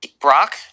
Brock